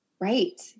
Right